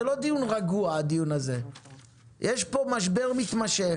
הדיון הזה הוא לא דיון רגוע, יש פה משבר מתמשך.